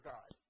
God